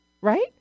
right